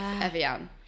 Evian